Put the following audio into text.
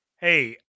hey